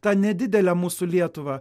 tą nedidelę mūsų lietuvą